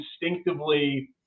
instinctively